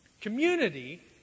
Community